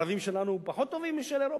הערבים שלנו טובים פחות משל אירופה?